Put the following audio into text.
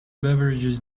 beverages